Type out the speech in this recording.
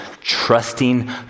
trusting